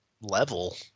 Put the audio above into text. level